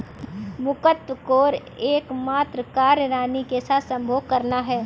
मुकत्कोर का एकमात्र कार्य रानी के साथ संभोग करना है